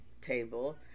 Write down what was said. table